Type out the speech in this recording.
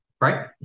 right